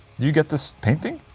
you get this painting?